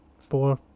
four